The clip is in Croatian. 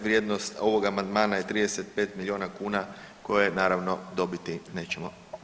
Vrijednost ovog amandmana je 35 milijuna kuna koje naravno dobiti nećemo.